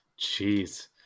Jeez